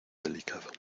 delicado